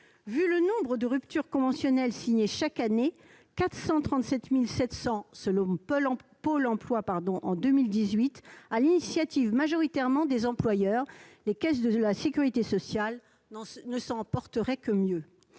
Vu le nombre de ruptures conventionnelles signées chaque année- 437 700 selon Pôle emploi en 2018 -majoritairement sur l'initiative des employeurs, les caisses de la sécurité sociale ne s'en porteraient que mieux